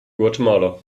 guatemala